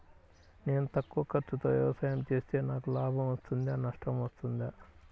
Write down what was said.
నేను తక్కువ ఖర్చుతో వ్యవసాయం చేస్తే నాకు లాభం వస్తుందా నష్టం వస్తుందా?